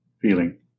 feeling